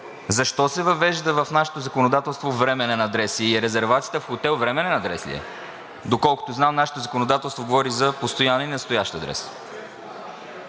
Защо се въвежда в нашето законодателство временен адрес и резервацията в хотел временен адрес ли е? Доколкото знам, нашето законодателство говори за постоянен и настоящ адрес.